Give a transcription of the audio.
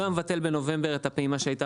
הוא גם מבטל בנובמבר את הפעימה שהייתה